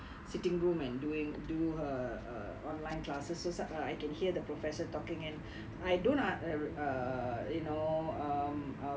doing do her err online classes so I can hear the professor talking and I don't uh err you know um